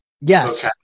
yes